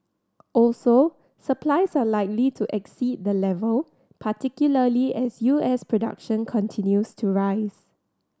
also supplies are likely to exceed the level particularly as U S production continues to rise